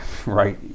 right